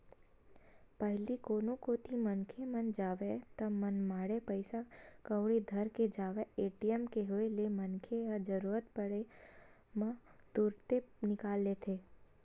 पहिली कोनो कोती मनखे मन जावय ता मनमाड़े पइसा कउड़ी धर के जावय ए.टी.एम के होय ले मनखे ह जरुरत पड़े म तुरते निकाल लेथे